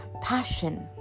passion